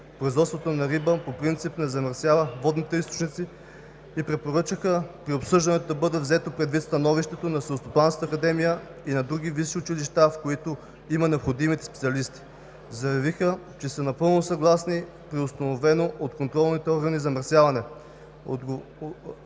производството на риба по принцип не замърсява водните източници и препоръчаха при обсъждането да бъде взето предвид становището на Селскостопанската академия и на другите висши училища, в които има необходимите специалисти. Заявиха, че са напълно съгласни при установено от контролните органи замърсяване